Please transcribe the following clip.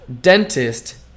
dentist